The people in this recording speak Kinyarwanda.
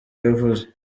yavuze